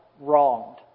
wronged